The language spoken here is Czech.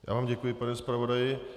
Já vám děkuji, pane zpravodaji.